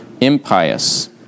impious